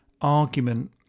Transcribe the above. argument